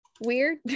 weird